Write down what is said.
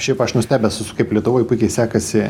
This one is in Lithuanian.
šiaip aš nustebęs esu kaip lietuvoje puikiai sekasi